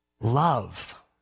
Love